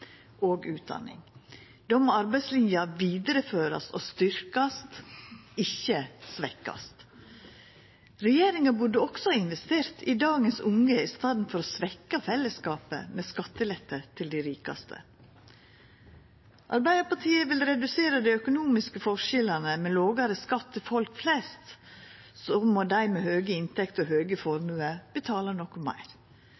Då må arbeidslinja vidareførast og styrkjast, ikkje svekkjast. Regjeringa burde også ha investert i dagens unge i staden for å svekkja fellesskapet med skattelette til dei rikaste. Arbeidarpartiet vil redusera dei økonomiske forskjellane med lågare skatt til folk flest, og så må dei med høge inntekter og høge